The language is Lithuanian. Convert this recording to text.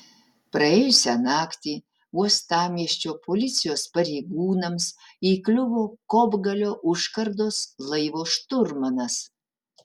praėjusią naktį uostamiesčio policijos pareigūnams įkliuvo kopgalio užkardos laivo šturmanas